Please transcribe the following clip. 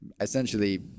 essentially